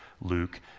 Luke